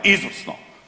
Izvrsno.